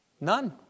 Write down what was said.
None